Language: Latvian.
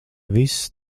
viss